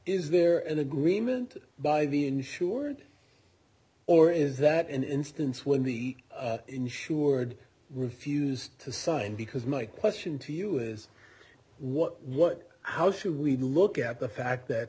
is there an agreement by the insurance or is that an instance when the insured refused to sign because my question to you is what what how should we look at the fact that